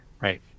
Right